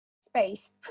space